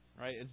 Right